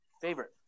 favorite